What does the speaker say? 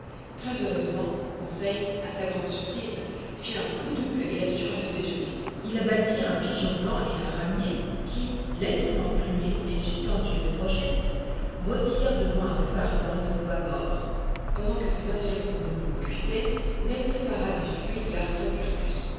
très heureusement conseil à sa grande surprise fit un coup double et assura le déjeuner il abattit un pigeon blanc et un ramier qui lestement plumés et suspendus à une brochette rôtirent devant un feu ardent de bois mort pendant que ces intéressants animaux cuisaient ned prépara des fruits de l'artocarpus